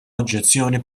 oġġezzjoni